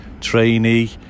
trainee